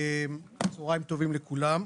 צהרים טובים לכולם.